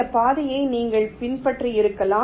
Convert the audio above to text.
இந்த பாதையை நீங்கள் பின்பற்றியிருக்கலாம்